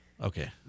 Okay